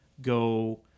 go